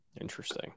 Interesting